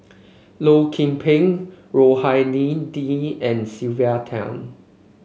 Loh Lik Peng Rohani Din and Sylvia Tan